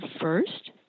first